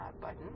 button